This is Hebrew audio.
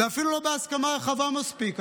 זה אפילו לא בהסכמה רחבה מספיק.